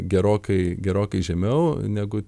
gerokai gerokai žemiau negu